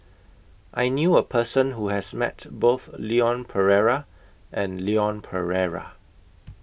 I knew A Person Who has Met Both Leon Perera and Leon Perera